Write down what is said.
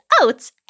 oats